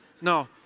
No